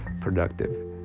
productive